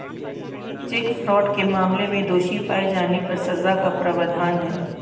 check fraud के मामले में दोषी पाए जाने पर सजा का प्रावधान है